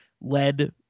led